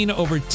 over